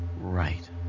Right